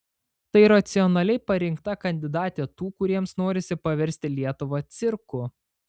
tai racionaliai parinkta kandidatė tų kuriems norisi paversti lietuvą cirku